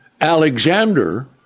Alexander